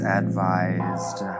advised